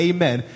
Amen